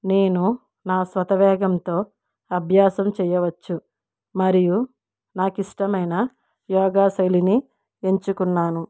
నేను నా స్వత వేగంతో అభ్యాసం చేయవచ్చు మరియు నాకు ఇష్టమైన యోగా శైలిని ఎంచుకున్నాను